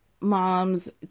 mom's